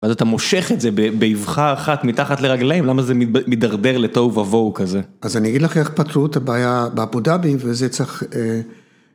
אז אתה מושך את זה באיווחה אחת מתחת לרגליים, למה זה מדרדר לתוהו ובוהו כזה? אז אני אגיד לך איך פתרו את הבעיה בעבודה, וזה צריך...